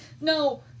No